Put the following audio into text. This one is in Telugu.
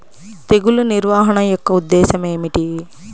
తెగులు నిర్వహణ యొక్క ఉద్దేశం ఏమిటి?